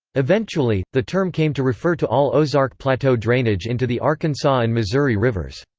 eventually, the term came to refer to all ozark plateau drainage into the arkansas and missouri rivers.